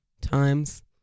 times